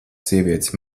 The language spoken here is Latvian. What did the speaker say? sievietes